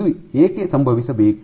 ಇದು ಏಕೆ ಸಂಭವಿಸಬೇಕು